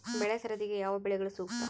ಬೆಳೆ ಸರದಿಗೆ ಯಾವ ಬೆಳೆಗಳು ಸೂಕ್ತ?